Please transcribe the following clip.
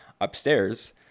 upstairs